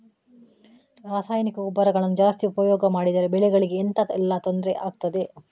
ರಾಸಾಯನಿಕ ಗೊಬ್ಬರಗಳನ್ನು ಜಾಸ್ತಿ ಉಪಯೋಗ ಮಾಡಿದರೆ ಬೆಳೆಗಳಿಗೆ ಎಂತ ಎಲ್ಲಾ ತೊಂದ್ರೆ ಆಗ್ತದೆ?